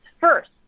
First